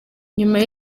nyuma